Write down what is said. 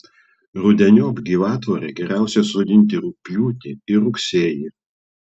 rudeniop gyvatvorę geriausia sodinti rugpjūtį ir rugsėjį